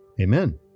Amen